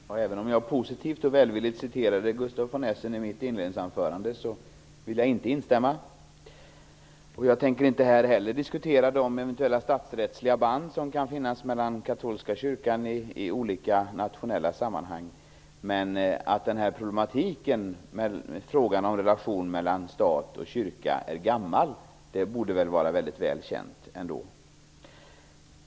Fru talman! Även om jag är positivt och välvilligt citerad av Gustaf von Essen vill jag inte instämma. Jag tänker här inte heller diskutera de eventuella statsrättsliga band som kan finnas mellan katolska kyrkan i olika nationella sammanhang. Att problematiken med förhållandet kyrka-stat är gammalt borde väl ändå vara välkänt.